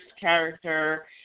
character